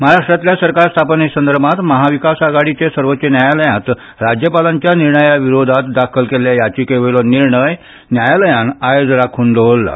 महाराष्ट्रांतल्या सरकार स्थापने संदर्भांत महाविकास आघाडीचें सर्वोच्च न्यायालयात राज्यपालांच्या निर्णया विरोधांत दाखल केल्ल्या याचिकेवेलो निर्णय न्यायालयान आयज राखून दवरला